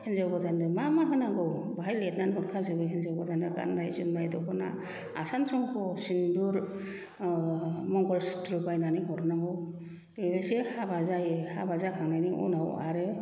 हिन्जाव गोदान्नो मा मा होनांगौ बेहाय लिरना हरखा जोबो हिनजाव गोदाननो गान्नाय जोमनाय दख'ना आसान संख सिन्दुर मंगल सुथ्र बायनानै हरनांगौ बेनिफ्रायसो हाबा जायो हाबा जाखांनायनि उनाव आरो